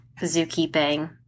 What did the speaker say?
zookeeping